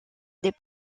des